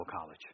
college